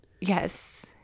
Yes